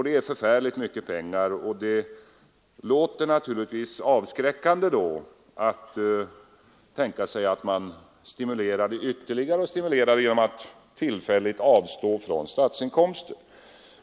Det är förfärligt mycket pengar, och det låter naturligtvis avskräckande att tänka sig att man stimulerade ytterligare då genom att tillfälligt avstå från statsinkomster.